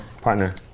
partner